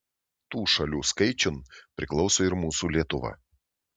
tų šalių skaičiun priklauso ir mūsų lietuva